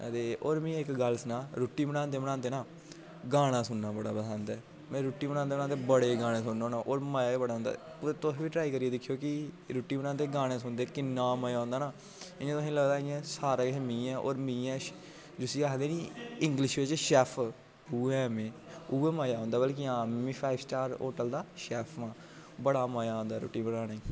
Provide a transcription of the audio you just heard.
ते होर में इक गल्ल सनांऽ रुट्टी बनांदे बनांदे ना गाना सुनना बड़ा पसंद ऐ में रुट्टी बनांदे बनांदे बड़े गाने सुनना होना होर मजा बी बड़ा आंदा कुसै तुस बी ट्राई करियै दिक्खेओ कि रुट्टी बनांदे गाना सुनदे कि'न्ना मजा आंदा ना इ'यां तुसें गी लगदा इ'यां सारा किश मे गै ऐं ते में जिसी आखदे नी इंग्लिश बिच शेफ उ'ऐ ऐं में उ'ऐ मजा आंदा में फाइव स्टार होटल दा शेफ आं बड़ा मजा आंदा रुट्टी बनाने ई